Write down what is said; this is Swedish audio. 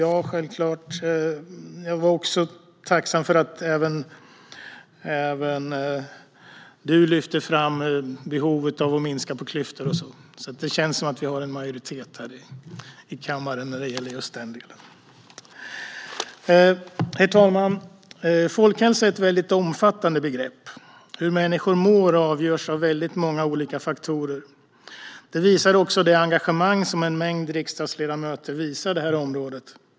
Jag var självklart tacksam för att även du, Barbro Westerholm, lyfte fram behovet av att minska klyftor. Det känns som att vi har en majoritet här i kammaren när det gäller den delen. Herr talman! Folkhälsa är ett väldigt omfattande begrepp. Hur människor mår avgörs av väldigt många olika faktorer. Detta framgår också av det engagemang som en mängd riksdagsledamöter visar för detta område.